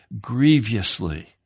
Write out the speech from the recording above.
grievously